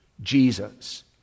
Jesus